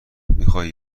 میخوای